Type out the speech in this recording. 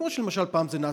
כמו שפעם זה נעשה,